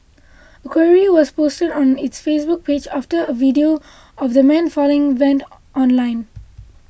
a query was posted on its Facebook page after a video of the man falling went online